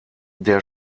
der